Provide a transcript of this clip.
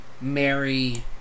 Mary